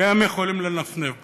כי הם יכולים לנפנף בה.